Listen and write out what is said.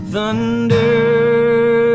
Thunder